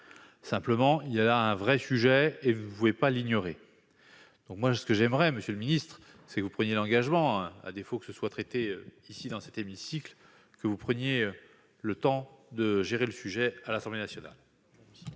simplement il y a là un vrai sujet et vous pouvez pas l'ignorer, donc moi ce que j'aimerais, monsieur le Ministre, si vous prenez l'engagement, à défaut, que ce soit traité ici dans cet hémicycle que vous preniez le temps de gérer le sujet à l'Assemblée nationale.